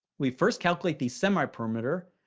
we first calculate the semi-perimeter.